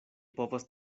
povas